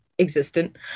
existent